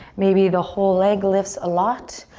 maybe the whole leg lifts a lot.